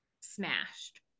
smashed